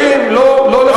לא לחרדים, לא, לא לחרדים.